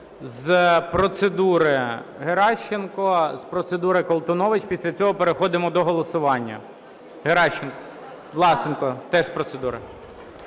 З процедури – Геращенко, з процедури – Колтунович. Після цього переходимо до голосування. Геращенко. Власенко теж з процедури.